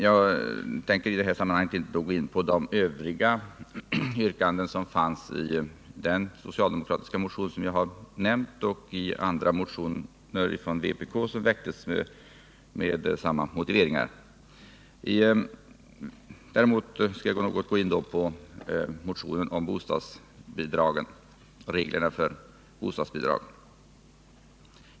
Jag tänker i det här sammanhanget inte gå in på de övriga yrkanden som 1 fanns i den socialdemokratiska motion jag nämnt och i motioner från vpk som väckts med samma motivering. Däremot skall jag beröra motionen om reglerna för bostadsbidrag.